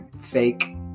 fake